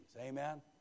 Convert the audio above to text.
Amen